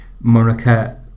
Monica